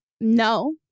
no